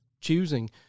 choosing